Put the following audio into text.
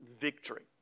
victory